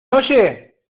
oye